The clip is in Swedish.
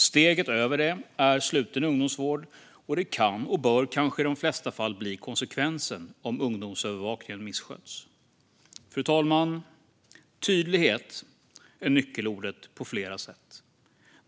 Steget över detta är sluten ungdomsvård, och det kan och bör kanske i de flesta fall bli konsekvensen om ungdomsövervakningen missköts. Fru talman! Tydlighet är nyckelordet på flera sätt.